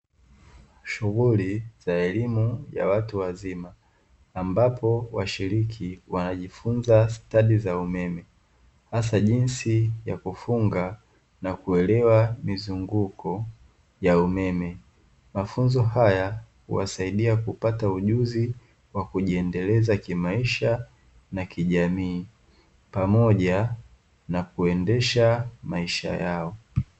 Shughuli za elimu ya watu wazima ambapo washiriki wanajifunza stadi za umeme, hasa jinsi ya kufunga na kuelewa mizunguko ya umeme. Mafunzo haya huwasaidia kupata ujuzi wa kujiendeleza kimaisha na kijamii pamoja na kuendesha maisha yao.